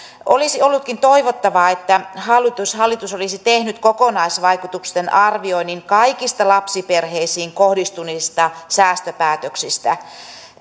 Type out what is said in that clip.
olisi ollutkin toivottavaa että hallitus hallitus olisi tehnyt kokonaisvaikutusten arvioinnin kaikista lapsiperheisiin kohdistuneista säästöpäätöksistä